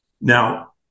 Now